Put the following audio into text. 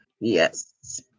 Yes